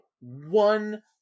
one